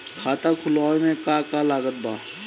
खाता खुलावे मे का का लागत बा?